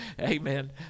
amen